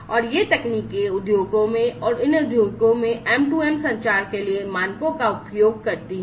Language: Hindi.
और ये तकनीकें उद्योगों में और इन उद्योगों में M2M संचार के लिए मानकों का उपयोग करती हैं